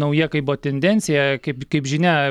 nauja kai buvo tendencija kaip kaip žinia